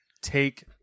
take